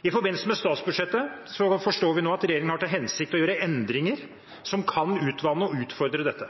I forbindelse med statsbudsjettet forstår vi nå at regjeringen har til hensikt å gjøre endringer som kan utvanne og utfordre dette.